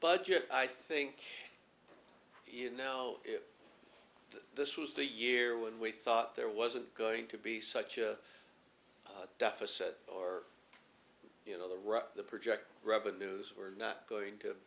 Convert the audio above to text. budget i think you know this was the year when we thought there wasn't going to be such a deficit or you know the right project revenues were not going to